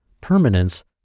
permanence